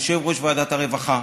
יושב-ראש ועדת הרווחה,